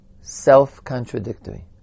self-contradictory